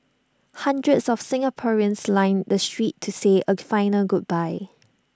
hundreds of Singaporeans lined the streets to say A final goodbye